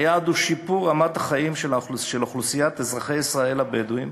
היעד הוא שיפור רמת החיים של אוכלוסיית אזרחי ישראל הבדואים,